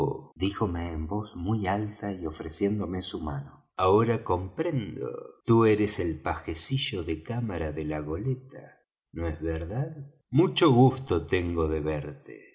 díjome en voz muy alta y ofreciéndome su mano ahora comprendo tú eres el pajecillo de cámara de la goleta no es verdad mucho gusto tengo de verte